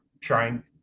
trying